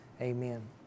Amen